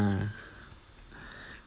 ah